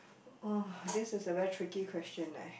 oh this is a very tricky question eh